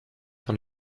von